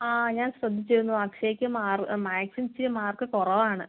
ആ ഞാൻ ശ്രദ്ധിച്ചിരുന്നു അക്ഷയ്ക്ക് മാത്സിൽ ഇച്ചിരി മാർക്ക് കുറവ് ആണ്